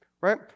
Right